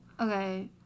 Okay